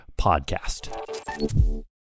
podcast